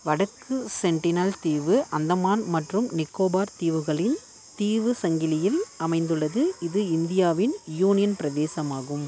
வடக்கு சென்டினல் தீவு அந்தமான் மற்றும் நிக்கோபார் தீவுகளின் தீவு சங்கிலியில் அமைந்துள்ளது இது இந்தியாவின் யூனியன் பிரதேசமாகும்